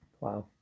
Wow